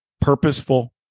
purposeful